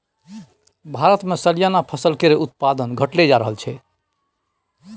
भारतमे सलियाना फसल केर उत्पादन घटले जा रहल छै